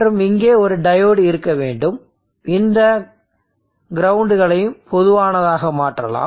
மற்றும் இங்கே ஒரு டையோடு இருக்க வேண்டும் இந்த கிரவுண்ட்களையும் பொதுவானதாக மாற்றலாம்